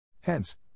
Hence